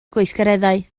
gweithgareddau